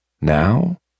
Now